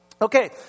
Okay